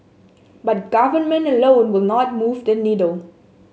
but government alone will not move the needle